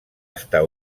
estar